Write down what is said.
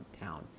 down